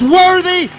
worthy